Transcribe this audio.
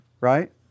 right